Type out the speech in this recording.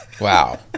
Wow